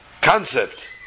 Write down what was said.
concept